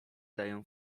dają